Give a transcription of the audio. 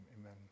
amen